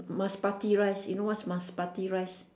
basmati rice you know what's basmati rice